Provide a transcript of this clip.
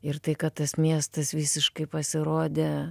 ir tai kad tas miestas visiškai pasirodė